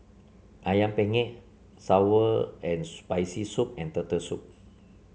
ayam penyet sour and Spicy Soup and Turtle Soup